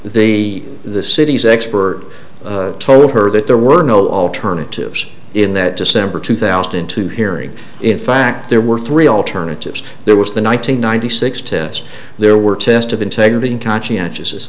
the the city's expert told her that there were no alternatives in that december two thousand and two hearing in fact there were three alternatives there was the one nine hundred ninety six test there were test of integrity in conscientious